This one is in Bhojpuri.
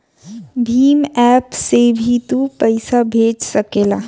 भीम एप्प से भी तू पईसा भेज सकेला